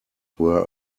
were